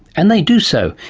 and they do so,